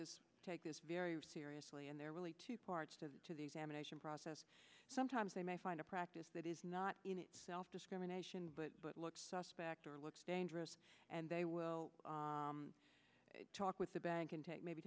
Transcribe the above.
take take this very seriously and there really two parts to the examination process sometimes they may find a practice that is not in itself discrimination but it looks suspect or looks dangerous and they will talk with the bank and take maybe